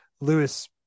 lewis